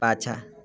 पाछाँ